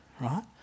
right